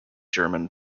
german